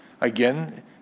Again